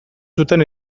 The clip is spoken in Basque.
zuten